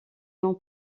nom